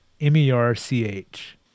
M-E-R-C-H